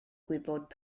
gwybod